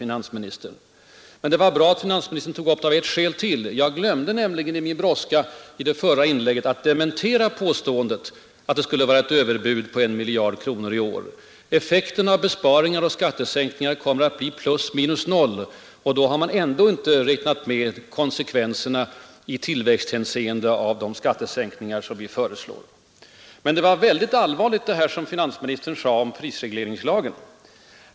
Men det var av ännu ett skäl bra att finansministern tog upp frågan. Jag glömde nämligen i min brådska i det förra inlägget att dementera påståendet att det skulle vara fråga om ett överbud på 1 miljard kronor i år. Effekten av besparingar och skattesänkningar kommer att bli plus minus noll, och då har vi ändå inte räknat med konsekvenserna i tillväxthänseende av de skattesänkningar som vi föreslår. Men det var allvarligt det som finansministern sade om prisregleringslagen.